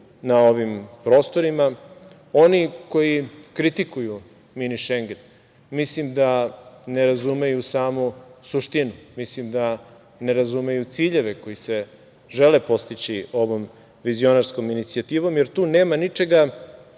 na ovim prostorima. Oni koji kritikuju Mini šengen mislim da ne razumeju samu suštinu, mislim da ne razumeju ciljeve koji se žele postići ovom vizionarskom inicijativom, jer tu nema ničega